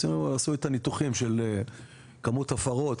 שעשו את הניתוחים של כמות הפרות,